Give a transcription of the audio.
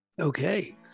okay